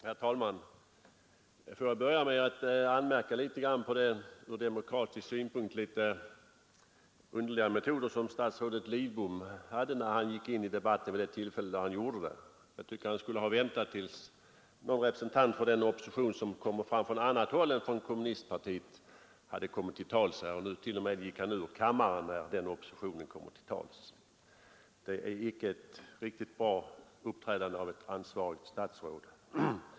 Herr talman! Får jag börja med att anmärka på den ur demokratisk synpunkt något underliga metod som statsrådet Lidbom tillämpade när han gick in i debatten. Jag tycker att han skulle ha väntat till dess att någon representant för den opposition som kommer från annat håll än från kommunistpartiet hade kommit till tals. Nu har herr Lidbom t.o.m. gått ut ur kammaren när denna opposition kommer till tals. Det är icke ett riktigt bra uppträdande av ett ansvarigt statsråd.